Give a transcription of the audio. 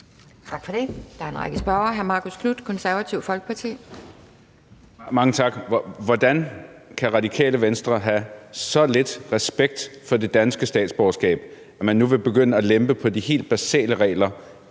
Tak for det.